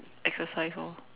exercise orh